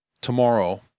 tomorrow